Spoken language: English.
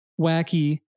wacky